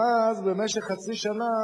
ואז במשך חצי שנה